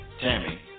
Tammy